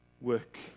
work